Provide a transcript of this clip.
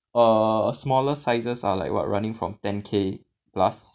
err smaller sizes are like what running from ten K plus